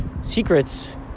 secrets